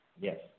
Yes